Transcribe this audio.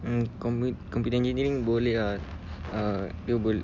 mm compu~ computer engineering boleh ah dia boleh